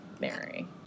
Mary